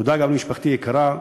תודה גם למשפחתי היקרה,